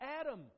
Adam